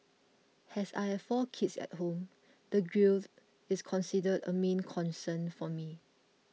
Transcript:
has I have four kids at home the grille is considered a main concern for me